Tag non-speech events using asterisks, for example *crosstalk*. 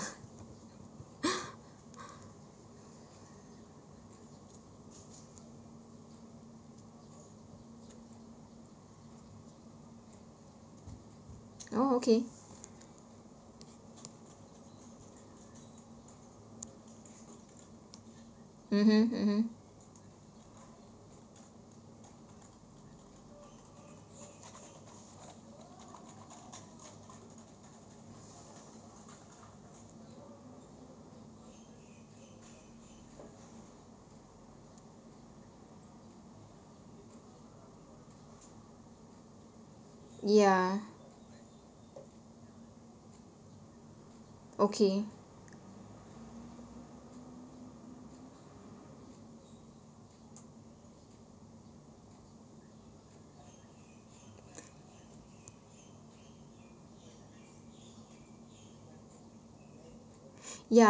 *laughs* oh okay mmhmm mmhmm yeah okay yeah